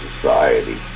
Society